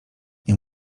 nie